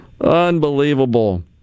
unbelievable